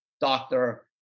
doctor